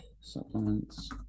Supplements